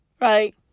right